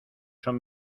son